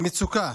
מצוקה